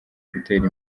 gutera